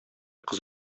кыз